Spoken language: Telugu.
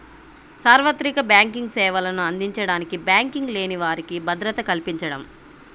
సార్వత్రిక బ్యాంకింగ్ సేవలను అందించడానికి బ్యాంకింగ్ లేని వారికి భద్రత కల్పించడం